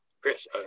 Chris